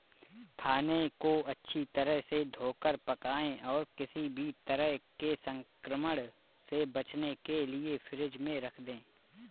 खाने को अच्छी तरह से धोकर पकाएं और किसी भी तरह के संक्रमण से बचने के लिए फ्रिज में रख दें